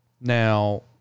Now